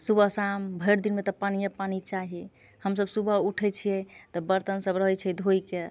सुबह शाम भरि दिनमे तऽ पानिए पानि चाही हमसभ सुबह उठै छियै तऽ बर्तन सभ रहै छै धोइके